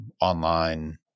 online